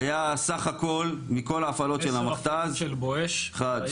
היה סך הכל מכל ההפעלות של המכת"ז --- עשר